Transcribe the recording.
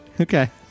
Okay